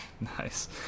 nice